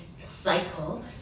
cycle